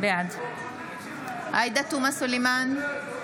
בעד עאידה תומא סלימאן,